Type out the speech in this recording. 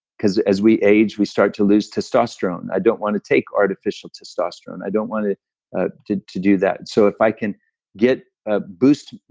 because as we age, we start to lose testosterone. i don't want to take artificial testosterone. i don't want to ah to do that. so if i can get, ah boost,